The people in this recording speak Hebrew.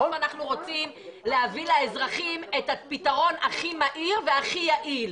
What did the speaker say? הרי בסוף אנחנו רוצים להביא לאזרחים את הפתרון הכי מהיר ויעיל,